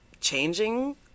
changing